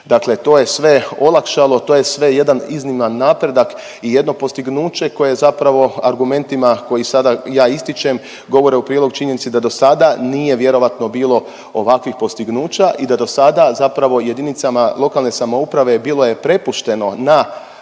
Dakle to je sve olakšalo, to je sve jedan izniman napredak i jedno postignuće koje zapravo argumentima koji sada ja ističem govore u prilog činjenici da do sada nije vjerovatno bilo ovakvih postignuća i da do sada zapravo jedinicama lokalne samouprave bilo je prepušteno na